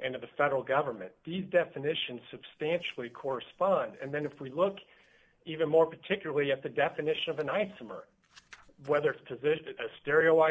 and of the federal government definition substantially correspond and then if we look even more particularly at the definition of a nice summer weather to a stereo